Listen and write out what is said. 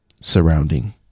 surrounding